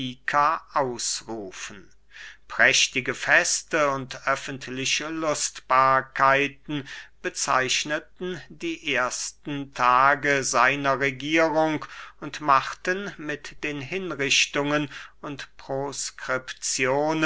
ausrufen prächtige feste und öffentliche lustbarkeiten bezeichneten die ersten tage seiner regierung und machten mit den hinrichtungen und